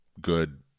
good